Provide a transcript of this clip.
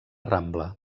rambla